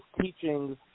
teachings